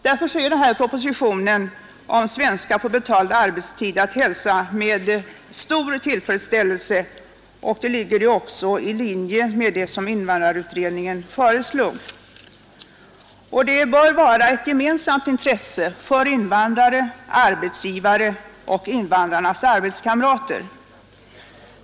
Därför är denna proposition om svenska på betald arbetstid att hälsa med stor tillfredsställelse. Den ligger också i linje med vad invandrarutredningen föreslår. Det bör vara ett gemensamt intresse för invandrare, arbetsgivare och invandrarnas arbetskamrater.